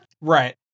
right